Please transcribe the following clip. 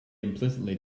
implicitly